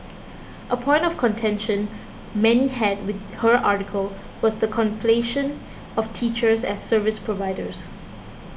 a point of contention many had with her article was the conflation of teachers as service providers